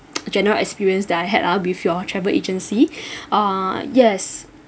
general experience that I had ah with your travel agency err yes